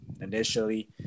initially